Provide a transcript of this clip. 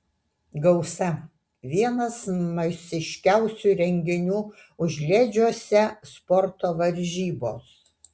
gausa vienas masiškiausių renginių užliedžiuose sporto varžybos